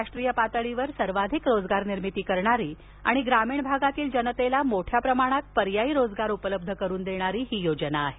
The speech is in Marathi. राष्ट्रीय पातळीवर सर्वाधिक रोजगार निर्मिती करणारी आणि ग्रामीण भागातील जनतेला मोठ्या प्रमाणात पर्यायी रोजगार उपलब्ध करून देणारी ही योजना आहे